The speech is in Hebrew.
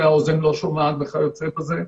שהאוזן לא שומעת וכיוצא בזה.